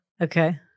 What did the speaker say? Okay